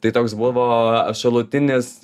tai toks buvo šalutinis